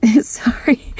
Sorry